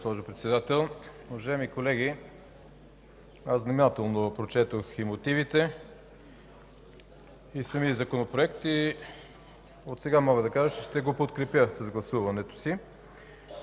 госпожо Председател. Уважаеми колеги, внимателно прочетох и мотивите, и самия законопроект. Отсега мога да кажа, че ще го подкрепя с гласуването си.